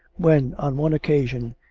when, on one occasion,